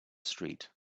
street